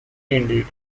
indeed